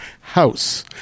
house